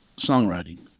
songwriting